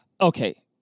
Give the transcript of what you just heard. Okay